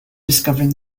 discovering